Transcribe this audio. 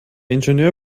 ingenieur